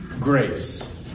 grace